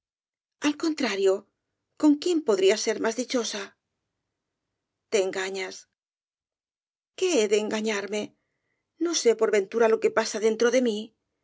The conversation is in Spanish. al contrario con quién podría ser más dichosa te engañas qué he de engañarme no sé por ventura lo que pasa dentro de mí